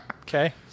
Okay